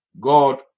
God